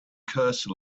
curse